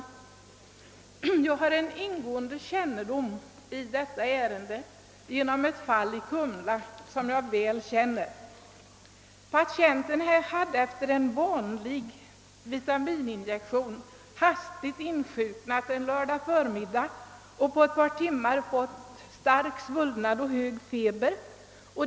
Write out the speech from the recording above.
Jag har ingående kännedom om detta problem genom ett fall som inträffat i Kumla. En kvinna hade efter en vanlig vitamininjektion hastigt insjuknat en lördag förmiddag och på ett par timmar fått stark svullnad och hög feber.